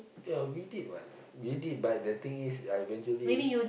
ya we did what we did but the thing is I eventually